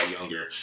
younger